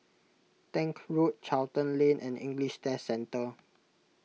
Tank Road Charlton Lane and English Test Centre